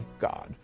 God